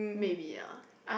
maybe ah